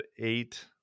Eight